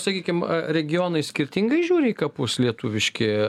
sakykim regionai skirtingai žiūri į kapus lietuviški